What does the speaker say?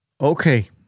Okay